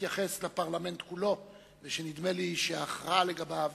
שמתייחס לפרלמנט כולו, ונדמה לי שההכרעה לגביו